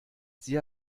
sie